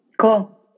Cool